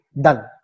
done